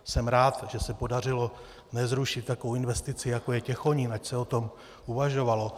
Jsem rád, že se podařilo nezrušit takovou investici, jako je Těchonín, ač se o tom uvažovalo.